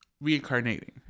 reincarnating